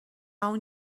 اون